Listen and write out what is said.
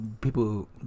people